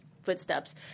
Footsteps